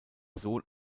sohn